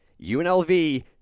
UNLV